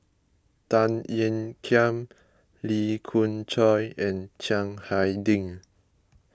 Tan Ean Kiam Lee Khoon Choy and Chiang Hai Ding